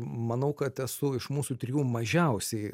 manau kad esu iš mūsų trijų mažiausiai